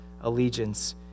allegiance